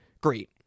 great